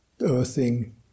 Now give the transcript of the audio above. earthing